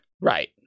Right